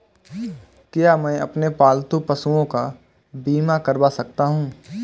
क्या मैं अपने पालतू पशुओं का बीमा करवा सकता हूं?